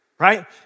right